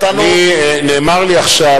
נאמר לי עכשיו,